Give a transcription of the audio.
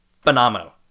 phenomenal